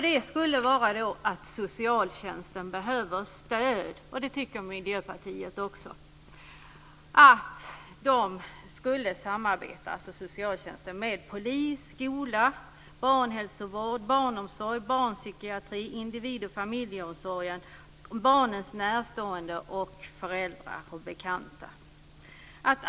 Det skulle kunna vara att socialtjänsten behöver stöd. Det tycker Miljöpartiet också. Socialtjänsten borde samarbeta med polis, skola, barnhälsovård, barnomsorg, barnpsykiatri, individ och familjeomsorgen, barnens närstående, föräldrar och bekanta.